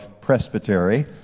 Presbytery